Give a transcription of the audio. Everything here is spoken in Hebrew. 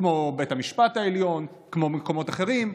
כמו בית המשפט העליון, כמו מקומות אחרים,